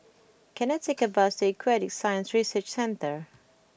can I take a bus to Aquatic Science Research Centre